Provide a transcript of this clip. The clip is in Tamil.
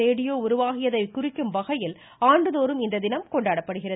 ரேடியோ உருவாகியதை குறிக்கும் வகையில் ஆண்டுதோறும் இந்த தினம் கொண்டாடப்படுகிறது